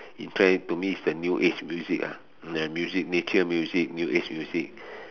in trend to me is the new age music ah the nature music new age music